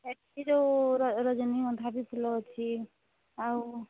ଏଠି ଯେଉଁ ରଜନୀଗନ୍ଧା ବି ଫୁଲ ଅଛି ଆଉ